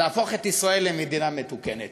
להפוך את ישראל למדינה מתוקנת.